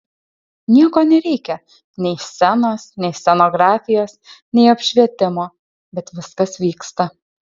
nieko nereikia nei scenos nei scenografijos nei apšvietimo bet viskas vyksta